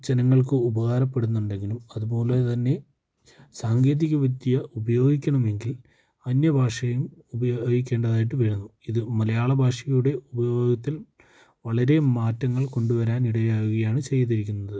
ജനങ്ങൾക്ക് ഉപകാരപ്പെടുന്നുണ്ടെങ്കിലും അതുപോലെ തന്നെ സാങ്കേതികവിദ്യ ഉപയോഗിക്കണമെങ്കിൽ അന്യ ഭാഷയും ഉപയോഗിക്കേണ്ടതായിട്ട് വരുന്നു ഇത് മലയാള ഭാഷയുടെ ഉപയോഗത്തിൽ വളരെ മാറ്റങ്ങൾ കൊണ്ടുവരാൻ ഇടയാക്കുകയാണ് ചെയ്തിരിക്കുന്നത്